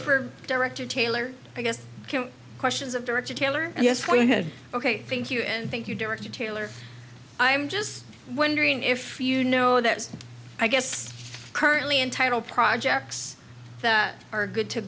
for director taylor i guess questions of director taylor yes we had ok thank you and thank you director taylor i'm just wondering if you know that is i guess currently in title projects that are good to